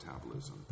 metabolism